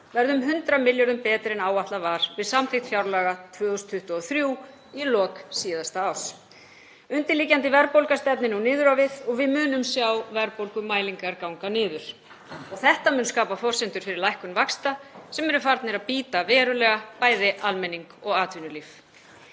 verði um 100 milljörðum betri en áætlað var við samþykkt fjárlaga 2023 í lok síðasta árs. Undirliggjandi verðbólga stefnir nú niður á við og við munum sjá verðbólgumælingar ganga niður. Þetta mun skapa forsendur fyrir lækkun vaxta sem eru farnir að bíta verulega, bæði almenning og atvinnulíf.